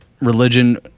religion